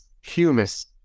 humus